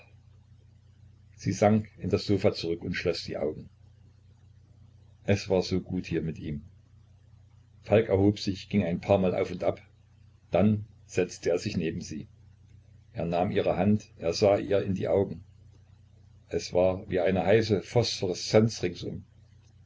sie sank in das sofa zurück und schloß die augen es war so gut hier mit ihm falk erhob sich ging ein paar mal auf und ab dann setzte er sich neben sie er nahm ihre hand er sah ihr in die augen es war wie eine heiße phosphoreszenz ringsum